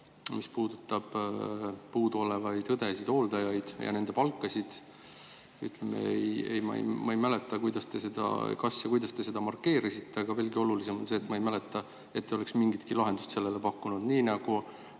puudutab puuduolevaid õdesid, hooldajaid ja nende palka – ma ei mäleta, kas ja kuidas te seda markeerisite, aga veelgi olulisem on see, et ma ei mäleta, et te oleks mingitki lahendust sellele pakkunud.